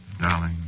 Darling